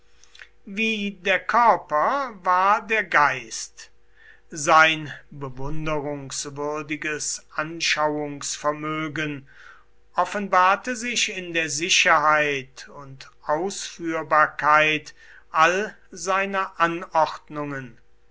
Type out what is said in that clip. wie der körper war der geist sein bewunderungswürdiges anschauungsvermögen offenbarte sich in der sicherheit und ausführbarkeit all seiner anordungen